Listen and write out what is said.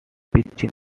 pitching